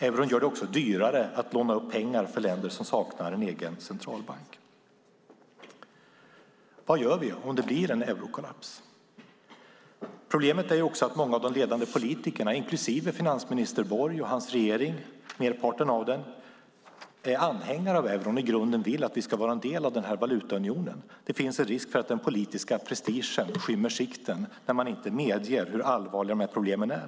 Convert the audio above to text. Euron gör det också dyrare att låna upp pengar för länder som saknar en egen centralbank. Vad gör vi om det blir en eurokollaps? Problemet är också att många av de ledande politikerna, inklusive finansminister Borg och merparten av hans regering, är anhängare av euron och i grunden vill att vi ska vara en del av valutaunionen. Det finns en risk för att den politiska prestigen skymmer sikten när man inte medger hur allvarliga problemen är.